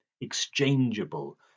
exchangeable